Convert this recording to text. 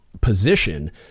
position